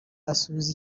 asubiza